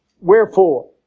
wherefore